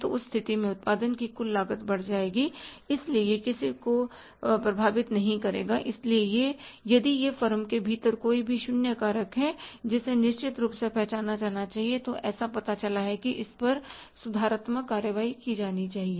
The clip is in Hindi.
तो उस स्थिति में उत्पादन की कुल लागत बढ़ जाएगी इसलिए यह किसी को प्रभावित नहीं करेगा इसलिए यदि यह फर्म के भीतर कोई भी शून्य कारक है जिसे निश्चित रूप से पहचाना जाना चाहिए तो ऐसा पता चला है और इस पर सुधारात्मक कार्रवाई की जानी चाहिए